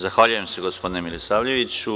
Zahvaljujem se, gospodine Milisavljeviću.